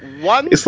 One